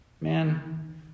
Man